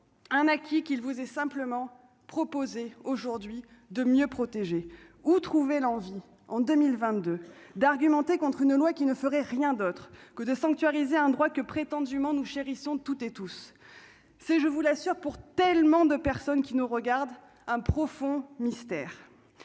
un acquis qu'il vous est simplement proposé aujourd'hui de mieux protéger où trouver l'envie en 2022 d'argumenter contre une loi qui ne ferait rien d'autre que de sanctuariser un droit que prétendument nous chérissons toutes et tous ces je vous l'assure pour tellement de personnes qui nous regardent un profond mystère